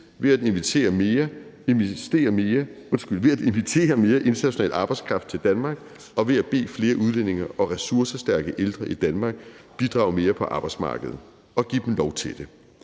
ved at invitere mere international arbejdskraft til Danmark og ved at bede flere udlændinge og ressourcestærke ældre i Danmark bidrage mere på arbejdsmarkedet – og give dem lov til det.